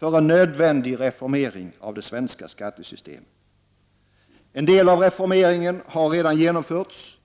för en nödvändig reformering av det svenska skattesystemet. En del av denna reformering har redan genomförts.